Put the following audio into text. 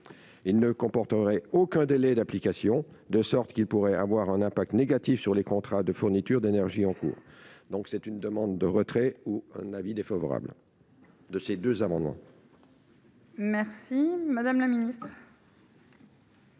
il ne comporterait aucun délai d'application, de sorte qu'il pourrait avoir un impact négatif sur les contrats de fourniture d'énergie en cours, donc c'est une demande de retrait ou un avis défavorable de ces 2 amendements. Merci madame la ministre.